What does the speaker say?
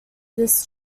this